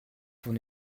pour